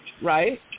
right